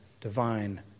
divine